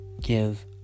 give